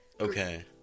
okay